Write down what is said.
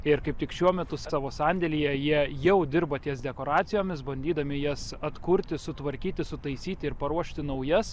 ir kaip tik šiuo metu savo sandėlyje jie jau dirba ties dekoracijomis bandydami jas atkurti sutvarkyti sutaisyti ir paruošti naujas